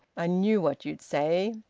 i knew what you'd say.